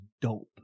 dope